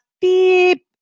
beep